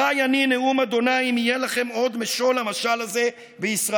חי אני נְאֻם ה' אם יהיה לכם עוד מְשֹׁל המשל הזה בישראל.